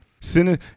Sin